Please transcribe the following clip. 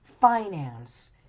finance